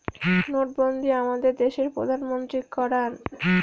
নোটবন্ধী আমাদের দেশের প্রধানমন্ত্রী করান